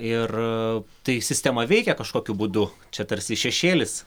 ir tai sistema veikia kažkokiu būdu čia tarsi šešėlis